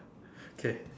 K